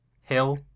hill